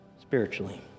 spiritually